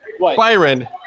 Byron